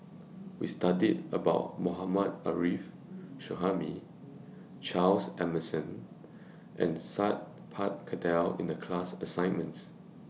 We studied about Mohammad Arif Suhaimi Charles Emmerson and Sat Pal Khattar in The class assignments